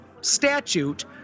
statute